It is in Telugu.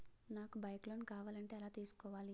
నాకు బైక్ లోన్ కావాలంటే ఎలా తీసుకోవాలి?